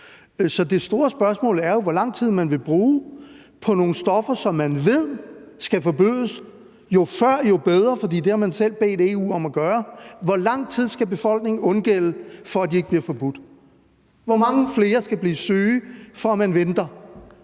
Så det store spørgsmål er jo, hvor lang tid man vil bruge på nogle stoffer, som man ved skal forbydes, og jo før det sker, jo bedre, for det har man selv bedt EU om at gøre. Hvor lang tid skal befolkningen undgælde for, at de ikke bliver forbudt? Hvor mange flere skal blive syge, fordi man venter